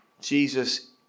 Jesus